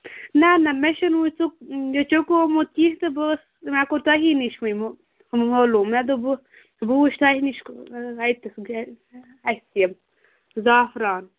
نہَ نہَ مےٚ چھُنہٕ وُنہِ سُہ یہِ چُکومُتھ کیٚنٛہہ تہٕ بہٕ ٲسٕس مےٚ کوٚر تُہی نِش وُنۍ معلوٗم مےٚ دوٚپ بہٕ بہٕ وُچھٕ تۄہہِ نِش زافٕران